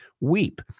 weep